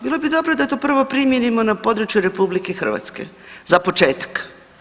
Bilo bi dobro da to prvo primijenimo na području RH, za početak.